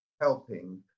helping